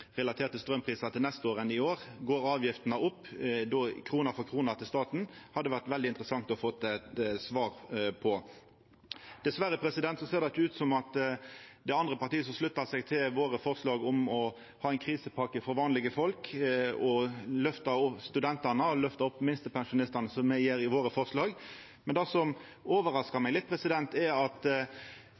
relatert til straumprisar til neste år enn i år. Går avgiftene opp krone for krone til staten? Det hadde vore veldig interessant å få eit svar på. Dessverre ser det ikkje ut som om det er andre parti som sluttar seg til våre forslag om å ha ei krisepakke for vanlege folk, og løfta studentane og minstepensjonistane, som me gjer i våre forslag. Men det som overraskar meg litt, er at